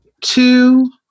two